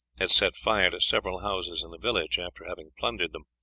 had set fire to several houses in the village after having plundered them.